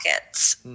pockets